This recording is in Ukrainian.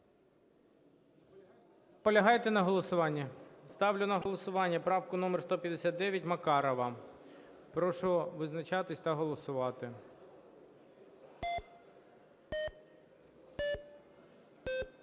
Наполягаєте на голосуванні? Ставлю на голосування правку номер 159, Макарова. Прошу визначатись та голосувати.